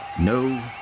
no